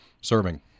serving